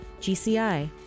GCI